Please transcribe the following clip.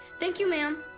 thank you, ma'am!